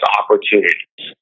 opportunities